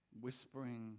whispering